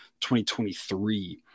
2023